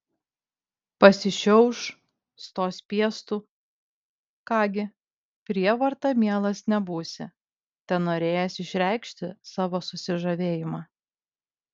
pasišiauš stos piestu ką gi prievarta mielas nebūsi tenorėjęs išreikšti savo susižavėjimą